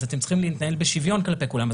אתם צריכים להתנהל בשוויון כלפי כולם,